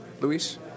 Luis